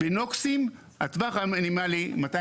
בנוקסים הטווח המינימלי בין 200